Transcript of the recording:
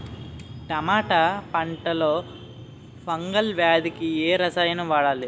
టమాటా పంట లో ఫంగల్ వ్యాధికి ఏ రసాయనం వాడాలి?